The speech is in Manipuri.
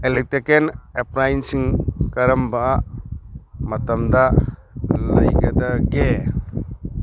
ꯏꯂꯦꯛꯇ꯭ꯔꯤꯀꯦꯜ ꯑꯦꯄ꯭ꯂꯥꯏꯟꯁꯤꯡ ꯀꯔꯝꯕ ꯃꯇꯝꯗ ꯂꯩꯒꯗꯒꯦ